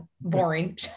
boring